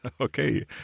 Okay